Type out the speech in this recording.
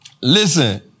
Listen